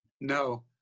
No